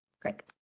Craig